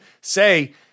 say